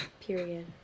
Period